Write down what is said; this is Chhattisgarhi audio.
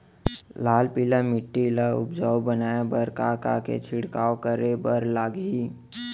लाल पीली माटी ला उपजाऊ बनाए बर का का के छिड़काव करे बर लागही?